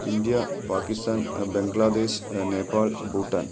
India Pakistan Bangladesh Nepal Bhutan